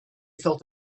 felt